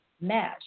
mesh